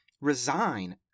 resign